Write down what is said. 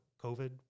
COVID